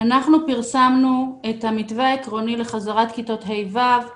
העניין שאם יקבלו את ההצעה שהציע פה איתי,